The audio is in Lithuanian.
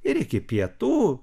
ir iki pietų